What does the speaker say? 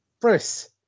Bruce